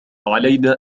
علينا